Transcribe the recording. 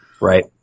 Right